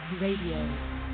Radio